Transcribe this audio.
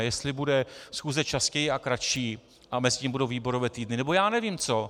Jestli bude schůze častěji a kratší a mezitím budou výborové týdny, nebo já nevím co.